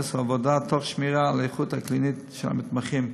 עומס העבודה תוך שמירה על האיכות הקלינית של המתמחים.